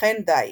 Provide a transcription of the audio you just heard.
וכן דיג.